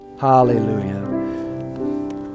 hallelujah